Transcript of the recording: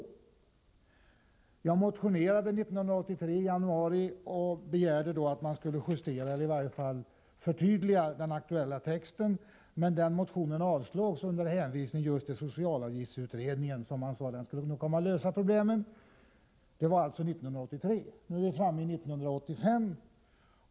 I januari 1983 motionerade jag i frågan och begärde en justering, eller i varje fall ett förtydligande, av den aktuella lagtexten. Men den motionen avslogs under hänvisning just till socialavgiftsutredningen som, sade man, nog skulle lösa problemen. Det var alltså 1983. Nu är det 1985.